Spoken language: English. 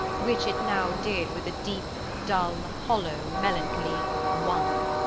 which it now did with a deep, dull, hollow, melancholy one.